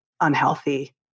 unhealthy